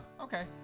okay